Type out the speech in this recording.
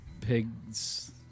Pigs